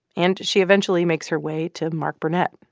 and she eventually makes her way to mark burnett,